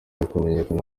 hakamenyekana